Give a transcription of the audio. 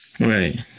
Right